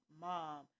mom